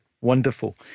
Wonderful